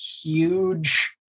huge